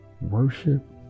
worship